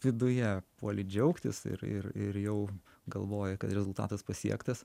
viduje puoli džiaugtis ir ir ir jau galvoji kad rezultatas pasiektas